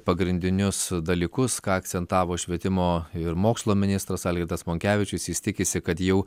pagrindinius dalykus ką akcentavo švietimo ir mokslo ministras algirdas monkevičius jis tikisi kad jau